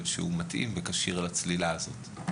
שהוא מתאים וכשיר לצלילה הזאת.